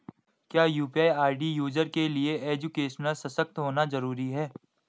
क्या UPI user के लिए एजुकेशनल सशक्त होना जरूरी है?